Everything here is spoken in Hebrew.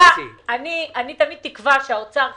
תמיד תקווה שהאוצר ישנה.